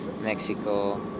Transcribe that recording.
Mexico